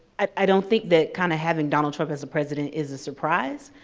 i don't think that kind of having donald trump as the president is a surprise.